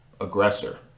aggressor